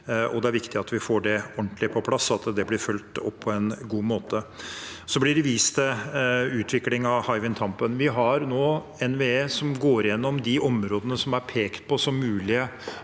det er viktig at vi får det ordentlig på plass, og at det blir fulgt opp på en god måte. Så blir det vist til utviklingen på Hywind Tampen. NVE går nå gjennom de områdene som er pekt på som mulige